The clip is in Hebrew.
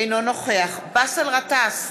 אינו נוכח באסל גטאס,